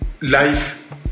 life